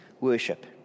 worship